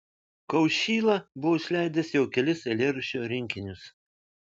kaušyla buvo išleidęs jau kelis eilėraščių rinkinius